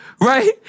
right